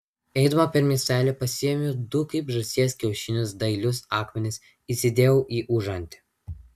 eidama per miestelį pasiėmiau du kaip žąsies kiaušinius dailius akmenis įsidėjau į užantį